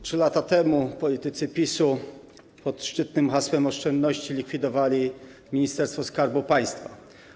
3 lata temu politycy PiS-u pod szczytnym hasłem oszczędności likwidowali Ministerstwo Skarbu Państwa.